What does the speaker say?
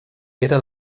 era